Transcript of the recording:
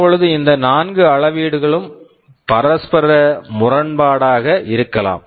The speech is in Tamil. தற்பொழுது இந்த நான்கு அளவீடுகளும் பரஸ்பர முரண்பாடாக இருக்கலாம்